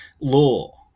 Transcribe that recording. Law